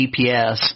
GPS